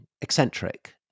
eccentric